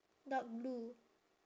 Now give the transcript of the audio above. dark blue